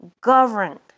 governed